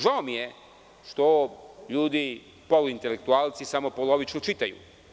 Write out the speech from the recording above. Žao mi je što ljudi, poluintelektualci, samo polovično čitaju.